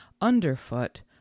underfoot